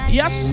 yes